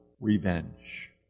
Revenge